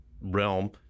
realm